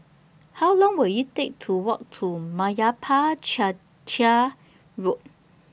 How Long Will IT Take to Walk to Meyappa Chettiar Road